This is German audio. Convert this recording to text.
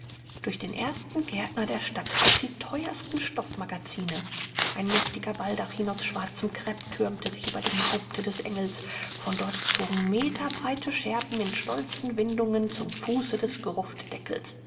durch den ersten gärtner der stadt durch die teuersten stoffmagazine ein mächtiger baldachin aus schwarzem krepp türmte sich über dem haupte des engels von dort zogen meterbreite schärpen in stolzen windungen zum fuße des